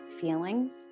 feelings